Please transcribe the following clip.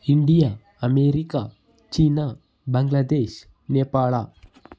India America China Bangladesh Nepal